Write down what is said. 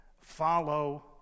follow